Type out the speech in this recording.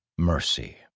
Mercy